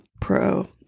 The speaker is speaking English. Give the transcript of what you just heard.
Pro